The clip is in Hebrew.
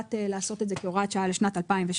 הוחלט לעשות את זה כהוראת שעה לשנת 2017,